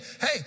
hey